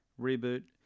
reboot